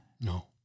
No